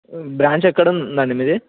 branch ఎక్కడ ఉందండి మీది